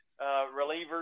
relievers